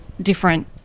different